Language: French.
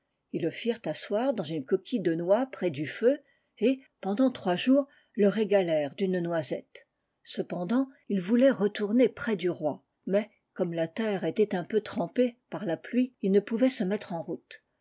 ils le firent asseoir dans une coquille de noix près du feu et pendant trois jours le régalèrent d'une noisette cependant il voulait retourner près du roi mais comme la terre était un peu trem ée parla pluie il ne pouvait se mettre en route